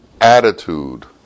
attitude